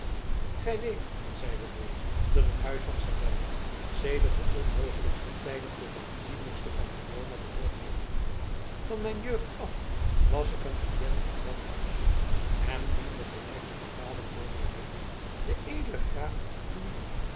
gij weet zeide deze dat het huis van salerno sedert de onheuglijkste tijden tot de aanzienlijkste van verona behoord heeft van mijn jeugd af was ik een kliënt van dat huis en diende gelijk mijn vader vr mij deed den edelen graaf luigi